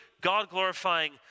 God-glorifying